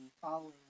following